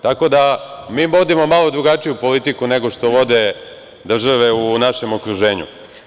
Tako da mi vodimo malo drugačiju politiku nego što vode države u našem okruženju.